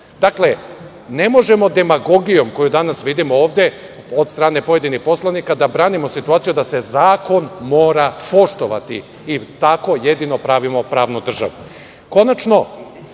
dinara. Dakle, ne možemo demagogijom koju danas vidimo ovde od strane pojedinih poslanika da branimo situaciju da se zakon mora poštovati i tako jedino pravimo pravnu državu. Konačno,